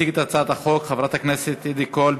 תציג את הצעת החוק חברת הכנסת עדי קול,